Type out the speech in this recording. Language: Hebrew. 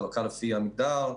חלוקה לפי המגדר,